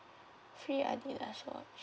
free adidas watch